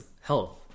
health